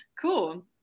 Cool